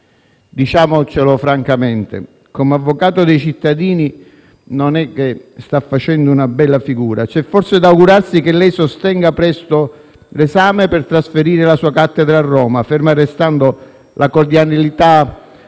Diciamocelo francamente: come avvocato dei cittadini non sta facendo una bella figura. C'è forse da augurarsi che ella sostenga presto l'esame per trasferire la sua cattedra a Roma. *(Applausi dai